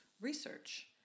research